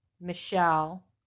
michelle